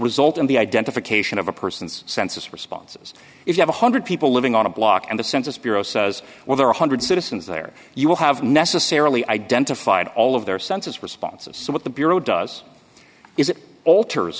result in the identification of a person's census responses if you have a hundred people living on a block and the census bureau says well there are a hundred citizens there you will have necessarily identified all of their census responses so what the bureau does is it alters